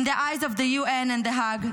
In the eyes of the UN and The Hague,